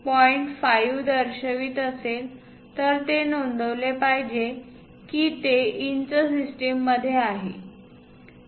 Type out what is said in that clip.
5 दर्शवित असेल तर ते नोंदवले पाहिजे की ते इंच सिस्टममध्ये आहे